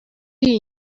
iyi